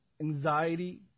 Anxiety